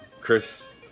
Chris